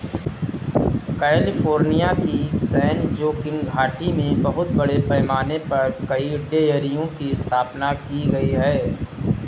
California की San Joaquin घाटी में बहुत बड़े पैमाने पर कई डेयरियों की स्थापना की गई है